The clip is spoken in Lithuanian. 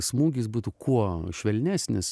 smūgis būtų kuo švelnesnis